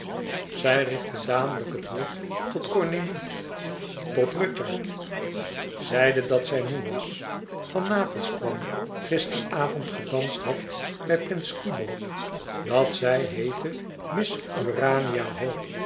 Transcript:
zij richtte dadelijk het woord tot cornélie tot rudyard zeide dat zij moê was van napels kwam gisteren avond gedanst had bij prins cibo dat zij heette miss